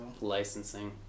Licensing